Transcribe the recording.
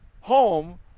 home